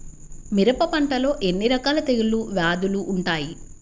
మిరప పంటలో ఎన్ని రకాల తెగులు వ్యాధులు వుంటాయి?